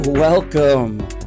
Welcome